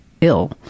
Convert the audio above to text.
ill